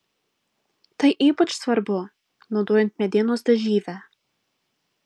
tai ypač svarbu naudojant medienos dažyvę